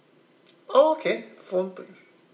oh okay phone